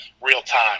real-time